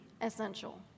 essential